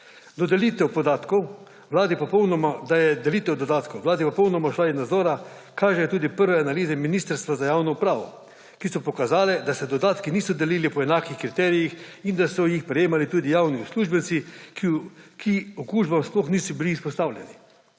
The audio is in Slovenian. je delitev dodatkov Vladi popolnoma ušla iz nadzora, kažejo tudi prve analize Ministrstva za javno upravo, ki so pokazale, da se dodatki niso delili po enakih kriterijih in da so jih prejemali tudi javni uslužbenci, ki okužbam sploh niso bili izpostavljeni.